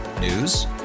News